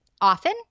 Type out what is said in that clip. often